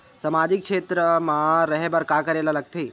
सामाजिक क्षेत्र मा रा हे बार का करे ला लग थे